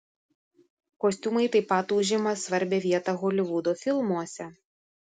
kostiumai taip pat užima svarbią vietą holivudo filmuose